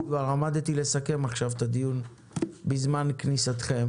כי כבר עמדתי לסכם עכשיו את הדיון בזמן כניסתכם.